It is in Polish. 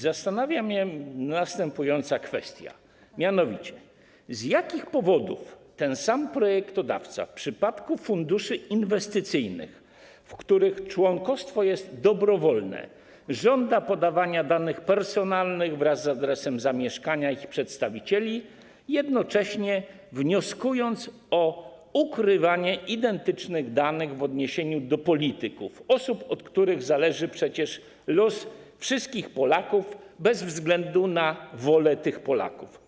Zastanawia mnie następująca kwestia - mianowicie, z jakich powodów ten sam projektodawca w przypadku funduszy inwestycyjnych, w których członkostwo jest dobrowolne, żąda podawania danych personalnych wraz z adresem zamieszkania ich przedstawicieli, jednocześnie wnioskując o ukrywanie identycznych danych w odniesieniu do polityków, osób, od których zależy przecież los wszystkich Polaków bez względu na ich wolę.